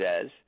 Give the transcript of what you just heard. says